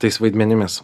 tais vaidmenimis